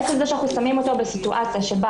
בעצם זה שאנחנו שמים אותו בסיטואציה שבה